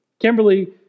Kimberly